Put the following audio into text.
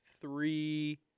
three –